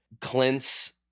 Clint's